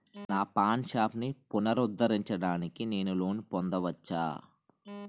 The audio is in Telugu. నా పాన్ షాప్ని పునరుద్ధరించడానికి నేను లోన్ పొందవచ్చా?